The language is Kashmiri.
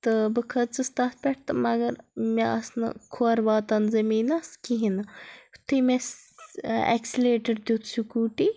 تہٕ بہٕ کھٔژٕس تَتھ پٮ۪ٹھ تہٕ مگر مےٚ آس نہٕ کھۄر واتان زٔمیٖنَس کہیٖنۍ نہٕ یُتھٕے مےٚ ٲں ایٚکسِلیٹَر دیُت سکوٗٹی